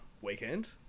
weekend